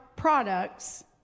products